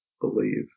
believe